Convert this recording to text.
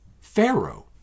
Pharaoh